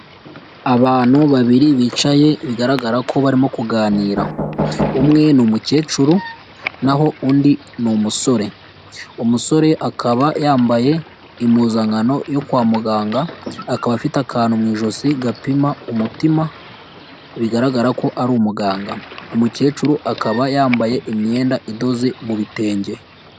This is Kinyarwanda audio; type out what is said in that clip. Abantu babiri bicaye bigaragara ko barimo kuganira, umwe ni umukecuru n'aho undi ni umusore, umusore akaba yambaye impuzankano yo kwa muganga, akaba afite akantu mu ijosi gapima umutima bigaragara ko ari umuganga, umukecuru akaba yambaye imyenda idoze mu bitenge.